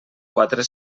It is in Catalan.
quatre